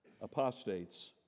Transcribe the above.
apostates